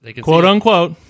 quote-unquote